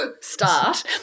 start